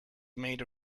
made